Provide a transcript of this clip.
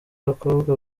abakobwa